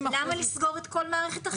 למה לסגור את כל מערכת החינוך?